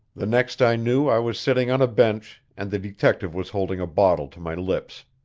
the next i knew i was sitting on a bench, and the detective was holding a bottle to my lips.